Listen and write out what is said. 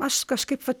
aš kažkaip vat